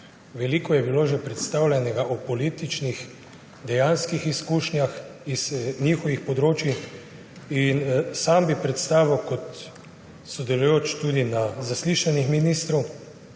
Veliko je bilo že predstavljenega o političnih, dejanskih izkušnjah z njihovih področij. Sam bi predstavil kot sodelujoč na zaslišanjih ministrov